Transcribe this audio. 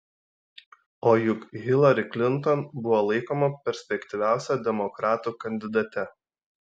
o juk hilari klinton buvo laikoma perspektyviausia demokratų kandidate